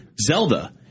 Zelda